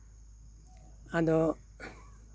ᱟᱫᱚ